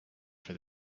for